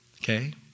Okay